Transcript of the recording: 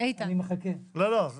עד